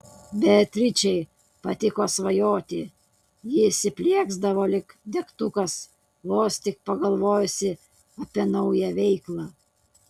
beatričei patiko svajoti ji įsiplieksdavo lyg degtukas vos tik pagalvojusi apie naują veiklą